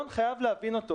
חייבים להבין את ההיגיון.